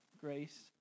grace